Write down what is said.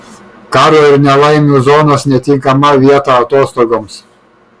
karo ir nelaimių zonos netinkama vieta atostogoms